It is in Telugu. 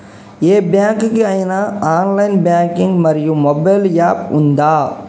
ఏ బ్యాంక్ కి ఐనా ఆన్ లైన్ బ్యాంకింగ్ మరియు మొబైల్ యాప్ ఉందా?